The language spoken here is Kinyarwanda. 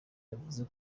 yavuze